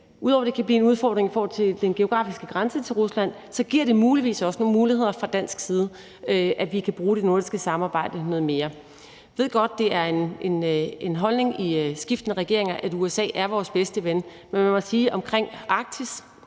ud over at det kan blive en udfordring i forhold til den geografiske grænse til Rusland – muligvis også giver nogle muligheder for, at vi fra dansk side kan bruge det nordiske samarbejde noget mere. Jeg ved godt, det er en holdning i skiftende regeringer, at USA er vores bedste ven, men jeg mener faktisk